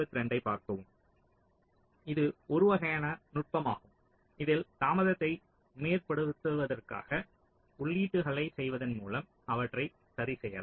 இது ஒரு வகையான நுட்பமாகும் இதில் தாமதத்தை மேம்படுத்துவதற்காக உள்ளீடுகளைச் செய்வதன் மூலம் அவற்றை சரிசெய்யலாம்